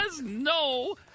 no